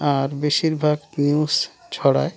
আর বেশিরভাগ নিউজ ছড়ায়